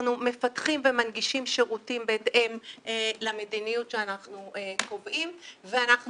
אנחנו מפתחים ומנגישים שירותים בהתאם למדיניות שאנחנו קובעים ואנחנו